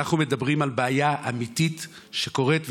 אנחנו מדברים על בעיה אמיתית שקורית,